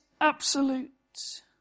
absolute